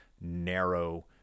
narrow